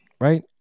Right